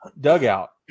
dugout